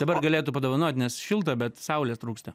dabar galėtų padovanot nes šilta bet saulės trūksta